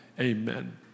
Amen